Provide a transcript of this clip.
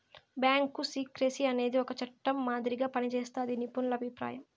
bank secrecy అనేది ఒక చట్టం మాదిరిగా పనిజేస్తాదని నిపుణుల అభిప్రాయం